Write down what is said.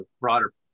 broader